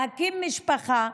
להקים משפחה,